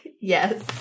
Yes